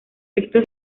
texto